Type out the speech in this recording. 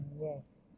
Yes